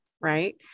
right